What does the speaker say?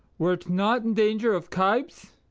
were't not in danger of kibes?